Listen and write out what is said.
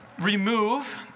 remove